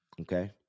Okay